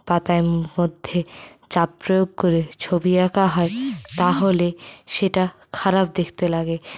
পাতায় মধ্যে চাপ প্রয়োগ করে ছবি আঁকা হয় তাহলে সেটা খারাপ দেখতে লাগে